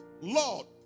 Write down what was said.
Lord